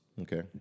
okay